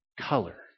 color